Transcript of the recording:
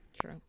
True